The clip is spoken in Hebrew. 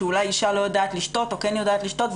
שאולי אישה לא יודעת לשתות או כן יודעת לשתות,